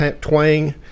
twang